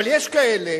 אבל יש כאלה,